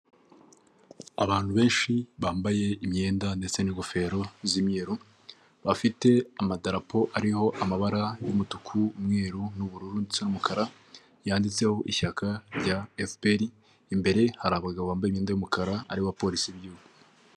Abantu benshi bambaye imyenda ndetse n'ingofero z'imyeru bafite amadarapo ariho amabara y'umutuku, umweru n'ubururu ndetse n'umukara yanditseho ishyaka rya FPR, imbere hari abagabo bambaye imyenda y'umukara ari abapolisi b'igihugu.